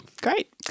Great